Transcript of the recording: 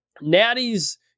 Natty's